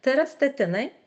tai yra statinai